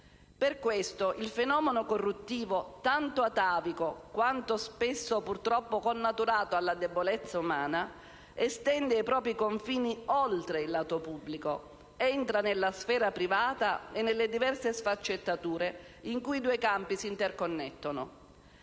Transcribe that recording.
Pertanto, il fenomeno corruttivo, tanto atavico quanto spesso purtroppo connaturato alla debolezza umana, estende i propri confini oltre il lato pubblico, entra nella sfera privata e nelle diverse sfaccettature in cui i due campi si interconnettono.